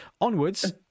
Onwards